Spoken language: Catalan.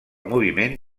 moviment